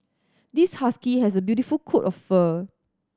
this husky has a beautiful coat of fur